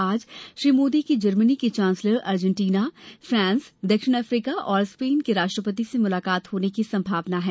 आज श्री मोदी की जर्मनी की चांसलर अर्जेटीना फ्रान्स दक्षिण अफ्रीका और स्पेन के राष्ट्रपति से मुलाकात होने की संभावना है